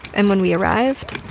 and when we arrived.